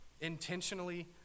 intentionally